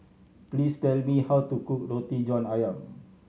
please tell me how to cook Roti John Ayam